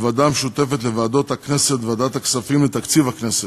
בוועדה המשותפת לוועדת הכנסת וועדת הכספים לתקציב הכנסת: